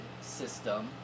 system